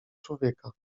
człowieka